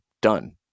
done